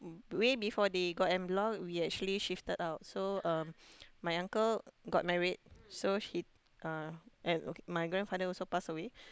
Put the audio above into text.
way before they got en bloc we actually shifted out so um my uncle got married so he uh and okay my grandfather also passed away